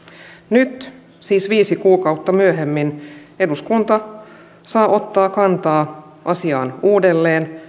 nyt siis viisi kuukautta myöhemmin eduskunta saa ottaa kantaa asiaan uudelleen